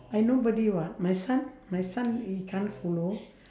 I nobody [what] my son my son he can't follow